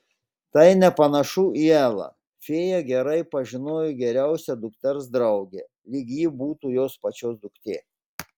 tai nepanašu į elą fėja gerai pažinojo geriausią dukters draugę lyg ji būtų jos pačios duktė